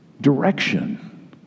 direction